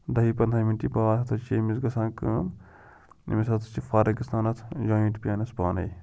دَہہِ پنٛدہَے مِنٹہِ باد اَتھ حظ چھِ أمِس گژھان کٲم أمِس ہَسا چھِ فرق گژھان اَتھ جایِنٛٹ پینَس پانَے